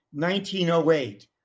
1908